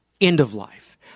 end-of-life